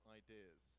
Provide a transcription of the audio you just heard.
ideas